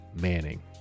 Manning